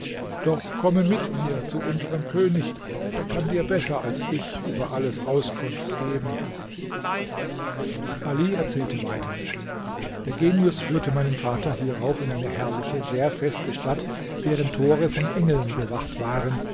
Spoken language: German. doch komme mit mir zu unserem könig der kann dir besser als ich über alles auskunft geben ali erzählte weiter der genius führte meinen vater hierauf in eine herrliche sehr feste stadt deren tore von engeln bewacht waren